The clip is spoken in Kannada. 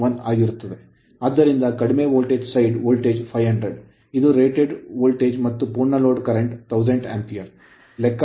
ಆದ್ದರಿಂದ ಕಡಿಮೆ ವೋಲ್ಟೇಜ್ ಸೈಡ್ ವೋಲ್ಟೇಜ್ 500 ಇದು rated voltage ರೇಟ್ ಮಾಡಿದ ವೋಲ್ಟೇಜ್ ಮತ್ತು ಪೂರ್ಣ ಲೋಡ್ ಕರೆಂಟ್ 1000 ಆಂಪಿರೆ